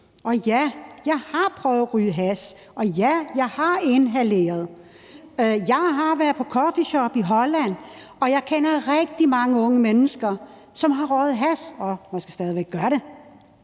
Og ja, jeg har prøvet at ryge hash, og ja, jeg har inhaleret. Jeg har været på coffeeshop i Holland, og jeg kender rigtig mange unge mennesker, som har røget hash og måske stadig væk gør det.